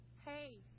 hey